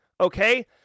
Okay